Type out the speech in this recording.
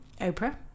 Oprah